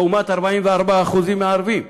לעומת 44% מהערבים.